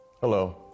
Hello